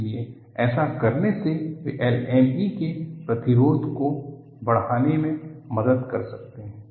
इसलिए ऐसा करने से वे LME के प्रतिरोध को बढ़ाने में मदद कर सकते हैं